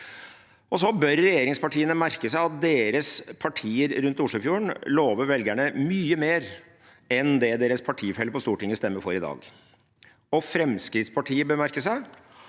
foregår. Regjeringspartiene bør merke seg at deres partier rundt Oslofjorden lover velgerne mye mer enn det deres partifeller på Stortinget stemmer for i dag. Fremskrittspartiet bør merke seg